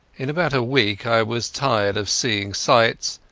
in about a week i was tired of seeing sights,